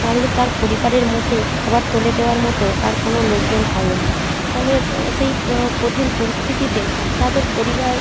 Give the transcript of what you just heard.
তাহলে তার পরিবারের মুখে খাবার তুলে দেওয়ার মতো আর কোনো লোকজন থাকবে না তাহলে সেই কঠিন পরিস্থিতিতে তাদের পরিবার